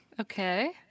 Okay